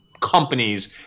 companies